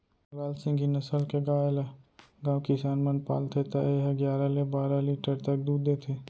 लाल सिंघी नसल के गाय ल गॉँव किसान मन पालथे त ए ह गियारा ले बारा लीटर तक दूद देथे